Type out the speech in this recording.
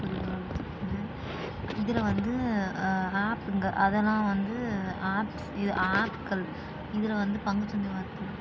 இது இதில் வந்து ஆப்ங்க அதெல்லாம் வந்து ஆப்ஸ் இது ஆப்க்கள் இதில் வந்து பங்கு சந்தை வந்து